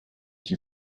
die